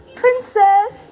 princess